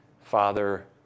Father